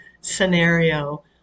scenario